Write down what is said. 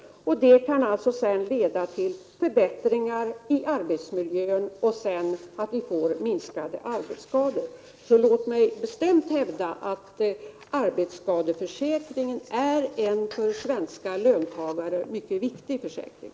Det kan alltså leda till förbättringar i arbetsmiljön och sedan till minskade arbetsskador. Jag vill alltså bestämt hävda att arbetsskadeförsäkringen är en för svenska löntagare mycket viktig försäkring.